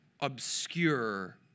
obscure